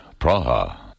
Praha